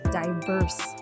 diverse